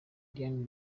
diane